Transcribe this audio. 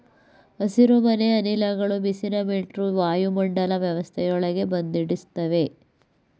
ಹಸಿರುಮನೆ ಅನಿಲಗಳು ಬಿಸಿನ ಮೇಲ್ಮೈ ವಾಯುಮಂಡಲ ವ್ಯವಸ್ಥೆಯೊಳಗೆ ಬಂಧಿಸಿಡ್ತವೆ